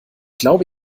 glaube